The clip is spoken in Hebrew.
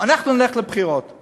אנחנו נלך לבחירות,